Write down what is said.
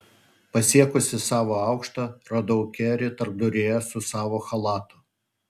pasiekusi savo aukštą radau kerį tarpduryje su savu chalatu